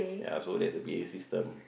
ya so that's the P_A system